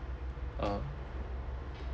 uh